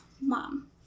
mom